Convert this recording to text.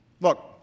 Look